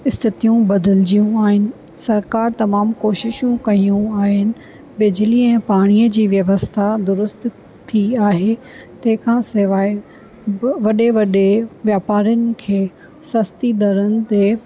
स्थितियूं बदिलजियूं आहिनि सरकारु तमामु कोशिशूं कयूं आहिनि बिजलीअ ऐं पाणीअ जी व्यवस्था दुरुस्त थी आहे तंहिंखां सवाइ ॿ वॾे वॾे वापारियुनि खे सस्ती दरनि ते